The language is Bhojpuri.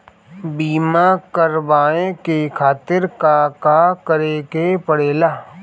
बीमा करेवाए के खातिर का करे के पड़ेला?